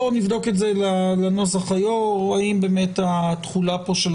בואו נבדוק את זה לנוסח היו"ר האם באמת התחולה פה של